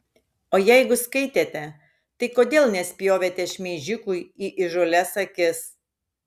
o jeigu skaitėte tai kodėl nespjovėte šmeižikui į įžūlias akis